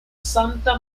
santa